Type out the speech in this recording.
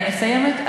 אני מסיימת.